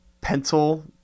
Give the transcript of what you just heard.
pencil